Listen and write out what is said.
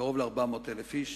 קרוב ל-400,000 איש.